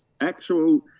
actual